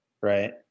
right